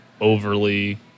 overly